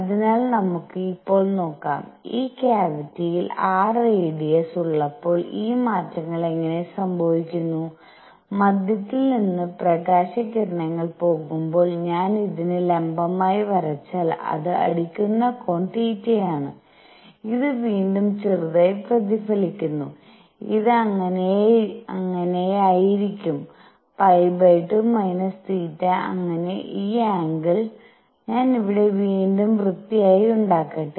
അതിനാൽ നമുക്ക് ഇപ്പോൾ നോക്കാം ഈ ക്യാവിറ്റിയിൽ r റേഡിയസ് ഉള്ളപ്പോൾ ഈ മാറ്റങ്ങൾ എങ്ങനെ സംഭവിക്കുന്നു മധ്യത്തിൽ നിന്ന് പ്രകാശകിരണങ്ങൾ പോകുമ്പോൾ ഞാൻ ഇതിന് ലംബമായി വരച്ചാൽ അത് അടിക്കുന്ന കോൺ തീറ്റയാണ് ഇത് വീണ്ടും ചെറുതായി പ്രതിഫലിക്കുന്നു ഇത് അങ്ങനെയായിരിക്കും π2 θ അങ്ങനെ ഈ ആംഗിൾ ഞാൻ ഇവിടെ വീണ്ടും വൃത്തിയായി ഉണ്ടാക്കട്ടെ